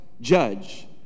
judge